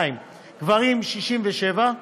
62, גברים, 67,